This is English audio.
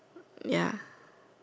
ya